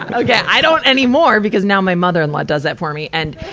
and okay. i don't anymore, because now my mother-in-law does that for me. and,